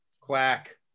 Quack